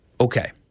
okay